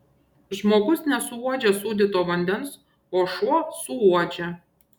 žmogus nesuuodžia sūdyto vandens o šuo suuodžia